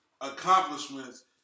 accomplishments